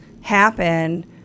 happen